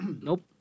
Nope